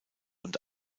und